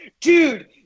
dude